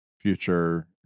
future